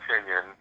opinion